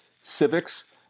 civics